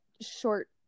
short